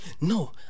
no